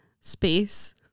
space